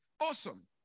Awesome